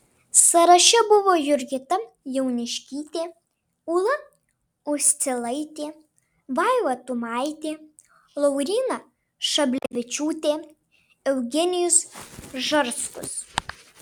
sąraše buvo jurgita jauniškytė ūla uscilaitė vaiva tumaitė lauryna šablevičiūtė eugenijus žarskus